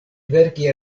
verki